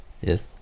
Yes